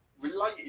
related